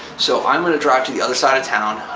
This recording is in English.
so i'm going to drive to the other side of town,